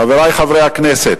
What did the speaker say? חברי חברי הכנסת,